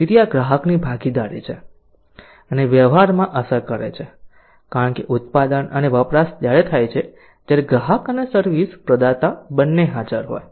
તેથી આ ગ્રાહકની ભાગીદારી છે અને વ્યવહારમાં અસર કરે છે કારણ કે ઉત્પાદન અને વપરાશ ત્યારે થાય છે જ્યારે ગ્રાહક અને સર્વિસ પ્રદાતા બંને હાજર હોય